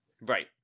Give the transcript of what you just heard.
Right